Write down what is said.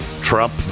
trump